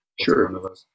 Sure